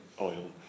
oil